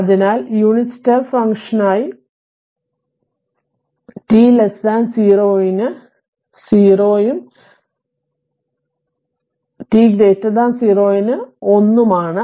അതിനാൽ unit step ഫംഗ്ഷനായി t 0 ന് 0 ഉം 0 t 0 ന് 1 ഉം ആണ്